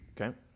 Okay